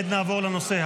לברך.